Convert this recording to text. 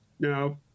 Now